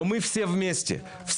למרות שאיני מבין,